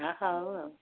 ହଁ ହେଉ ଆଉ